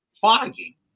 Foggy